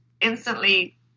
instantly